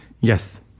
Yes